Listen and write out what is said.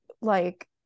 like-